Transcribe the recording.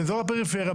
באזור הפריפריה,